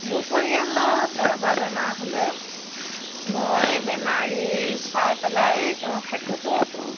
মোৰ পৰিয়ালত কাৰোবাৰ বেমাৰ হ'লে মই বেমাৰী চাই পেলাই তেওঁৰ খাদ্য় তৈয়াৰ কৰোঁ